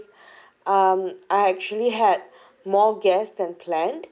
um I actually had more guests than planned